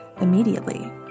immediately